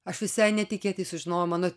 aš visai netikėtai sužinojau mano